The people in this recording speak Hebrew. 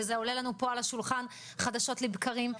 וזה עולה פה על השולחן חדשות לבקרים,